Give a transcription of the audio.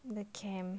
the cam